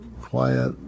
quiet